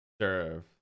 serve